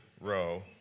row